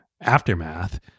aftermath